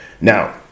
now